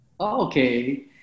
Okay